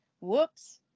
Whoops